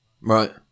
Right